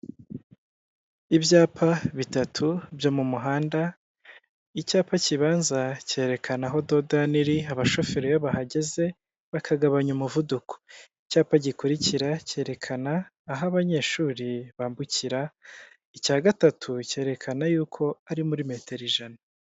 Ibyapa bitatu byo mu muhanda, icyapa kibanza cyerekana aho dodoni, abashoferi iyo bahageze bakagabanya umuvuduko. Icyapa gikurikira cyerekana, aho abanyeshuri bambukira. Icya gatatu, cyerekana y'uko ari muri metero ijana.